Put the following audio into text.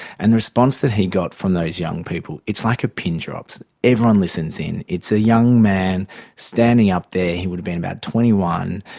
and the response that he got from those young people, it's like a pin drops, everyone listens in. it's a young man standing up there, he would have been about twenty one,